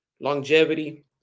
longevity